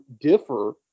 differ